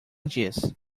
diz